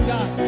God